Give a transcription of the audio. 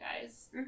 guys